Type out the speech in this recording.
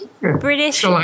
British